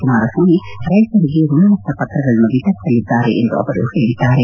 ಕುಮಾರಸ್ವಾಮಿ ರೈತರಿಗೆ ಋಣಮುಕ್ತ ಪತ್ರಗಳನ್ನು ವಿತರಿಸಲಿದ್ದಾರೆ ಎಂದು ಅವರು ಹೇಳಿದ್ದಾರೆ